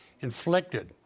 inflicted